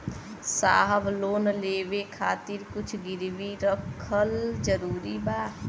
साहब लोन लेवे खातिर कुछ गिरवी रखल जरूरी बा?